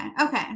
okay